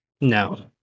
No